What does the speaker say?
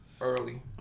early